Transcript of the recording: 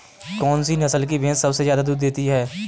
कौन सी नस्ल की भैंस सबसे ज्यादा दूध देती है?